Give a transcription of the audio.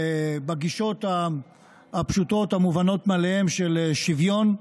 בגישות הפשוטות, המובנות מאליהן של שוויון,